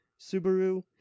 Subaru